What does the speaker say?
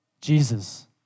Jesus